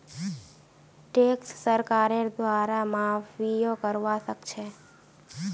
tax सरकारेर द्वारे माफियो करवा सख छ